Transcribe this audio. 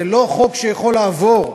זה לא חוק שיכול לעבור.